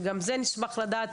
שגם זה נשמח לדעת.